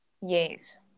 yes